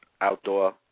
outdoor